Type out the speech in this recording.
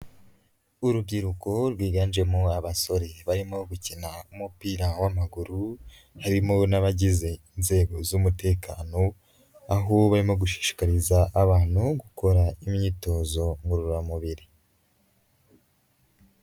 Urubyiruko rwiganjemo abasore barimo gukina umupira w'amaguru, harimo n'abagize inzego z'umutekano, aho barimo gushishikariza abantu gukora imyitozo ngororamubiri.